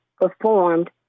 performed